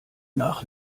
nach